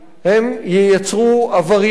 הם ייצרו עבריינות,